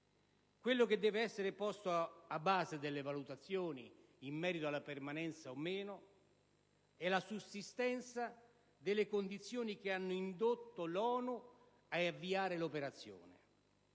Quello che deve essere posto a base delle valutazioni in merito alla permanenza o meno, è la sussistenza delle condizioni che hanno indotto l'ONU ad avviare le operazioni.